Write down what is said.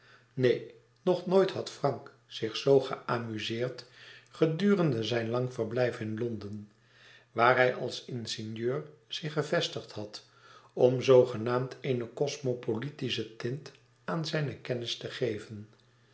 neen nog nooit had frank zich zoo geamuseerd gedurende zijn lang verblijf te londen waar hij als ingenieur zich gevestigd had om zoogenaamd eene kosmopolitische tint aan zijne kennis te geven